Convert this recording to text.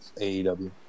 AEW